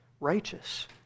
righteous